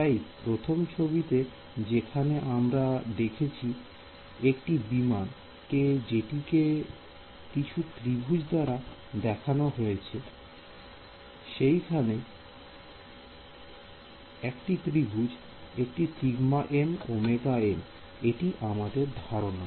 তাই প্রথম ছবিতে যেখানে আমরা দেখেছি একটি বিমান কে যেটিকে কিছু ত্রিভুজ দাঁড়া দেখানো হয়েছে সেইখানে 1 একটি ত্রিভুজ একটি সিগমা m ওমেগা m এটি আমাদের ধারণা